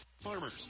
farmers